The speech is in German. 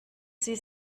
sie